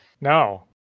no